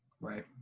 right